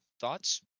Thoughts